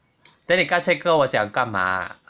then 你刚才跟我讲干嘛